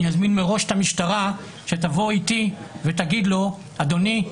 אני אזמין מראש את המשטרה שתבוא איתי ותגיד לו: אדוני,